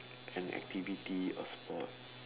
an activity a sport